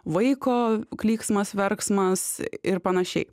vaiko klyksmas verksmas ir panašiai